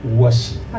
worship